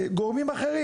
גורמים אחרים?